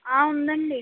ఉందండి